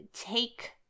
take